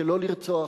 שלא לרצוח,